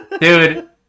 Dude